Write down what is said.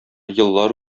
еллар